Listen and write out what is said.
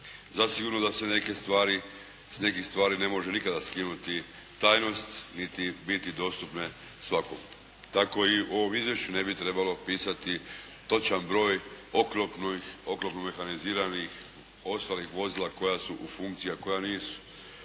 Zasigurno da se neke stvari, s nekih stvari ne može nikada skinuti tajnost, niti biti dostupne svakomu. Tako i ovom u izvješću ne bi trebalo pisati točan broj oklopnih, oklopno-mehaniziranih i ostalih vozila koja su u funkciji, a koja nisu,